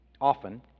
often